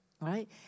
Right